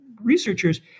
researchers